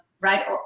right